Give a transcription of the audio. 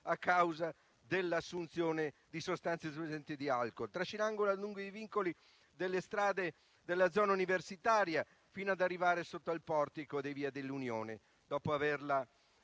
a causa dell'assunzione di sostanze stupefacenti e di alcol, trascinandola lungo i vicoli e le strade della zona universitaria, fino ad arrivare sotto al portico di via dell'Unione e, dopo averla